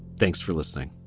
thanks for listening